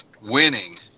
winning